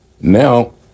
now